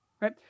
right